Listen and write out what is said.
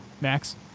Max